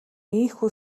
ийнхүү